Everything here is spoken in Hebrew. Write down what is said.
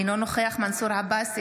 אינו נוכח מנסור עבאס,